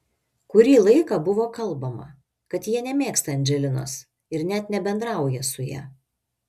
kurį laiką buvo kalbama kad jie nemėgsta andželinos ir net nebendrauja su ja